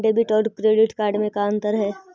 Debit और credit card में का अंतर है?